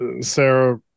Sarah